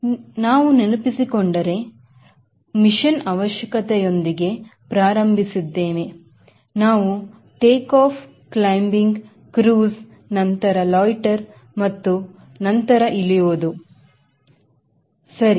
ಮತ್ತು ನಾವು ನೆನಪಿಸಿಕೊಂಡರೆ ನಾವು ಮಿಷನ್ ಅವಶ್ಯಕತೆಯೊಂದಿಗೆ ಪ್ರಾರಂಭಿಸಿದ್ದೇವೆ ನಾವು ಟೇಕ್ಆಫ್ ಕ್ಲೈಂಬಿಂಗ್ ಕ್ರೂಸ್ ನಂತರ ಲಾಯ್ಟರ್ ಮತ್ತು ನಂತರ ಇಳಿಯುವುದು ಸರಿ